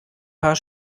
paar